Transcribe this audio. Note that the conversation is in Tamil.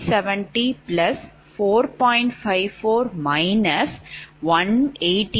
54 188